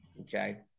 okay